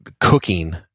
cooking